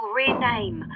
rename